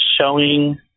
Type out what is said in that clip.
showing